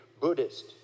Buddhist